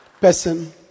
person